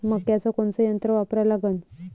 मक्याचं कोनचं यंत्र वापरा लागन?